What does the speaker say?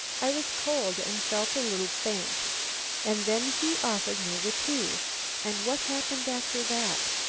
i was cold and felt a little faint and then he offered me the tea and what happened after that?